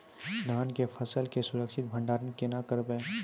धान के फसल के सुरक्षित भंडारण केना करबै?